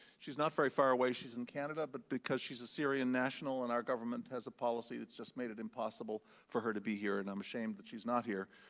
she's not very far away. she's in canada, but because she's a syrian national and our government has a policy that's just made it impossible for her to be here, and i'm ashamed that she's not here.